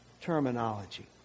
terminology